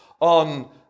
on